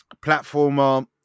platformer